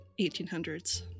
1800s